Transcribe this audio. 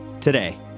today